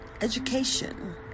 education